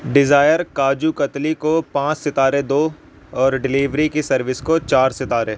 Dzire kaju katli کو پانچ ستارے دو اور ڈلیوری کی سروس کو چار ستارے